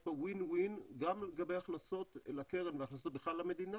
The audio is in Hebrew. יש פה win win גם לגבי הכנסות לקרן והכנסות בכלל למדינה